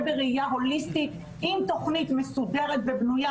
בראיה הוליסטית עם תוכנית מסודרת ובנויה,